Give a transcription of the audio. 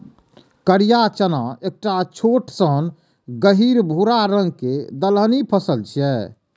करिया चना एकटा छोट सन गहींर भूरा रंग के दलहनी फसल छियै